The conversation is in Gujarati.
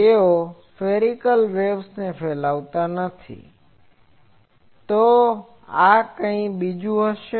જો તેઓ સ્ફેરીક્લ વેવ્સને ફેલાવતા નથી તો આ કંઈક બીજું હશે